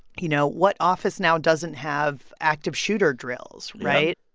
you know, what office now doesn't have active shooter drills, right?